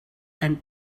and